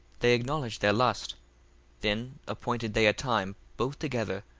they acknowledged their lust then appointed they a time both together,